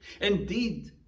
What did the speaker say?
Indeed